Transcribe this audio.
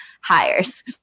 hires